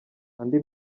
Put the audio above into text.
andi